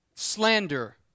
Slander